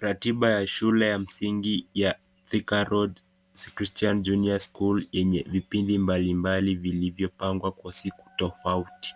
Ratiba ya shule ya msingi ya Thika Road Christian Junior School yenye vipindi mbali mbali vilivyopangwa kwa siku tofauti.